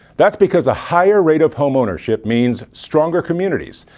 that's because a higher rate of homeownership means stronger communities,